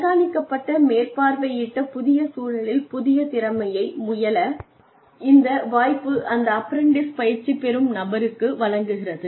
கண்காணிக்கப்பட்ட மேற்பார்வையிட பட்ட புதிய சூழலில் புதிய திறமையை முயல இந்த வாய்ப்பு அந்த அப்ரண்டிஸ் பயிற்சி பெறும் நபருக்கு வழங்குகிறது